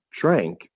drank